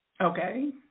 Okay